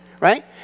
right